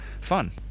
fun